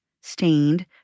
Stained